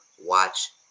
watch